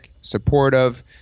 supportive